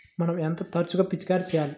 మనం ఎంత తరచుగా పిచికారీ చేయాలి?